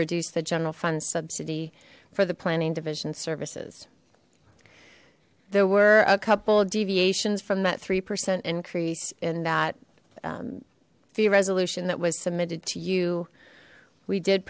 reduce the general fund subsidy for the planning division services there were a couple of deviations from that three percent increase in that fee resolution that was submitted to you we did